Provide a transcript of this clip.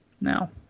Now